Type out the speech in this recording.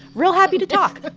real happy to talk